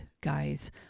guys